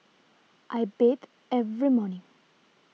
I bathe every morning